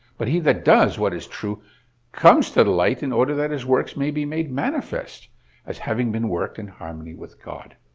but he that does what is true comes to the light, in order that his works may be made manifest as having been worked in harmony with god.